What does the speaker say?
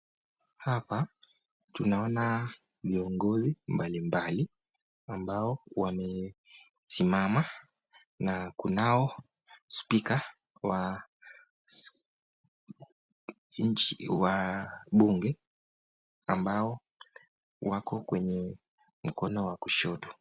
Hapa tunaona viongozi mbalimbli ambao wamesimama na kunao Spika wa Bunge ambao wako kwenye mkono wa kushoto.